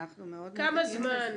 כמה זמן?